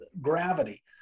gravity